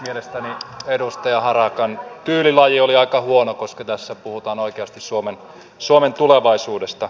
mielestäni edustaja harakan tyylilaji oli aika huono koska tässä puhutaan oikeasti suomen tulevaisuudesta